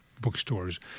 bookstores